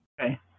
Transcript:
Okay